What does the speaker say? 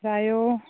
जायो